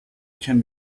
can